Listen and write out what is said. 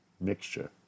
mixture